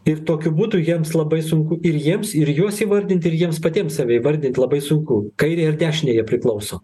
ir tokiu būdu jiems labai sunku ir jiems ir juos įvardinti ir jiems patiems save įvardint labai sunku kairei ir dešinei priklauso